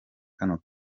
kano